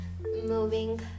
moving